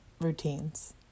routines